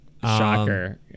Shocker